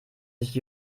sich